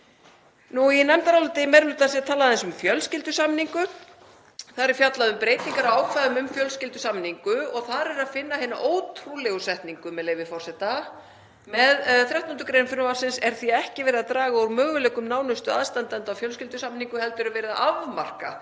Í nefndaráliti meiri hlutans er talað aðeins um fjölskyldusameiningu. Þar er fjallað um breytingar á ákvæðum um fjölskyldusameiningu og þar er að finna hina ótrúlegu setningu, með leyfi forseta: „Með 13. gr. frumvarpsins er því ekki verið að draga úr möguleikum nánustu aðstandenda á fjölskyldusameiningu heldur er verið að afmarka